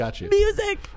music